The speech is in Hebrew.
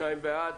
שניים בעד.